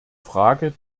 frage